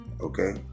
Okay